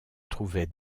trouvait